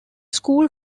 school